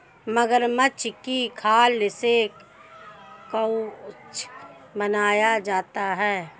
मगरमच्छ की खाल से कवच बनाया जाता है